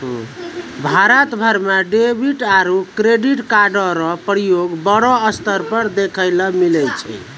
भारत भर म डेबिट आरू क्रेडिट कार्डो र प्रयोग बड़ो स्तर पर देखय ल मिलै छै